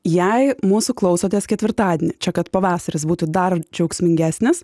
jei mūsų klausotės ketvirtadienį čia kad pavasaris būtų dar džiaugsmingesnis